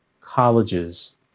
colleges